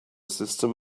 system